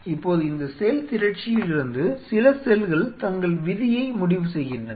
இப்போது இந்த செல் திரட்சியிலிருந்து சில செல்கள் தங்கள் விதியை முடிவு செய்கின்றன